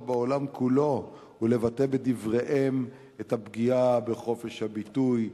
בעולם כולו ולבטא בדבריהם את הפגיעה בחופש הביטוי,